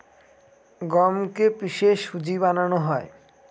গমকে কে পিষে সুজি বানানো হয়